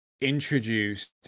introduced